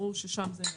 ברור ששם זה מיותר.